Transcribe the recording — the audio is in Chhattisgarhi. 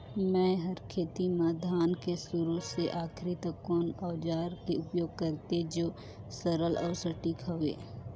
मै हर खेती म धान के शुरू से आखिरी तक कोन औजार के उपयोग करते जो सरल अउ सटीक हवे?